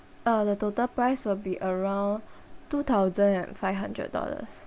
uh the total price will be around two thousand and five hundred dollars